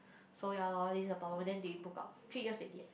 so ya lor this the problem then they broke up three years already leh